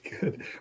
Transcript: good